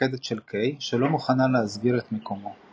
המפקדת של קיי שלא מוכנה להסגיר את מיקומו.